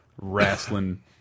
wrestling